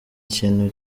kintu